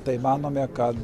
tai manome kad